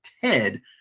Ted